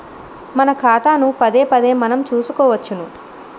మన ఖాతాను పదేపదే మనం చూసుకోవచ్చును